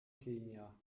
kenia